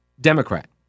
Democrat